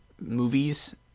movies